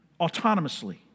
autonomously